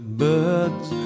birds